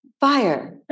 fire